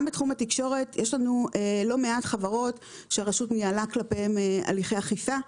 גם בתחום התקשורת יש לנו לא מעט חברות שהרשות ניהלה כלפיהם הליכי אכיפה,